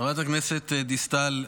חברת הכנסת דיסטל אטבריאן,